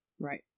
right